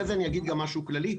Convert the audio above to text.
לאחר מכן גם אגיד משהו כללי.